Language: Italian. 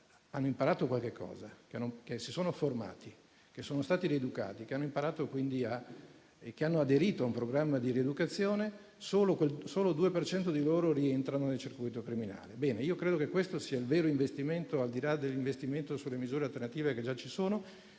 hanno imparato qualcosa, si sono formati, sono stati rieducati e hanno aderito a un programma di rieducazione rientra nel circuito criminale. Credo che questo sia il vero investimento, al di là di quello sulle misure alternative, che già ci sono.